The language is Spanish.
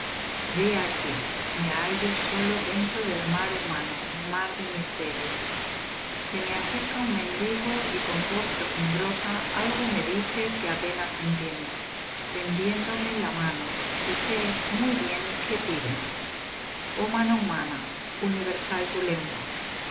aqui que me hallo solo dentro del mar humano mar de misterio se me acerca un mendigo y con voz quejumbrosa algo me dice que apenas entiendo tendiéndome la mano y sé muy bien qué pide oh mano humana universal tu lengua